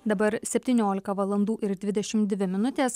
dabar septyniolika valandų ir dvidešimt dvi minutės